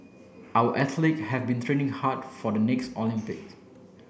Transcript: our athlete have been training hard for the next Olympics